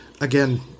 again